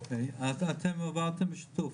אוקי, אתם עבדתם בשיתוף?